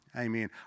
Amen